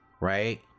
right